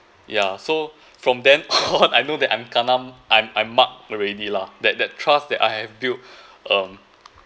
ya so from then on I know that I'm kena I'm I'm marked already lah that that trust that I have built um